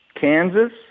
Kansas